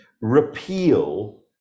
repeal